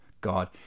god